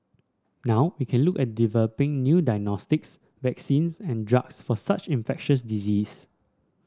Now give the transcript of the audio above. now we can look at developing new diagnostics vaccines and drugs for such infectious diseases